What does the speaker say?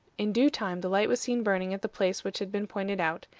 in due time the light was seen burning at the place which had been pointed out,